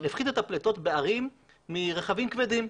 בערים מרכבים כבדים,